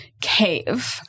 cave